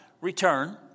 return